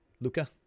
Luca